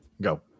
Go